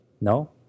No